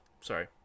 Sorry